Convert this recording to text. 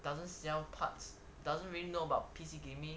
doesn't sell parts doesn't really know about P_C gaming